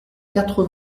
quatre